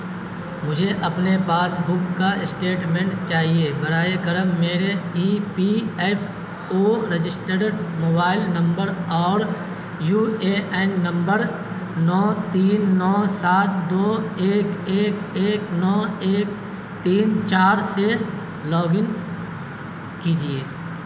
مجھے اپنے passbook کا اسٹیٹمنٹ چاہیے براۓ کرم میرے E P F O registered mobile number اور یو اے این نمبر نو تین نو سات دو ایک ایک ایک نو ایک تین چار سے لاگ ان کیجیے